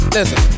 Listen